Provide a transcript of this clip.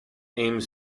aims